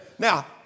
Now